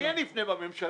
למי אני אפנה בממשלה?